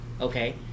okay